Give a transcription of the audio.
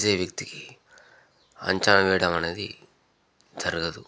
గీసే వ్యక్తికి అంచనా వేయడమనేది జరగదు